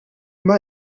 imma